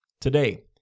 today